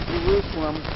Jerusalem